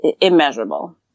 immeasurable